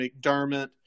McDermott